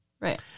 Right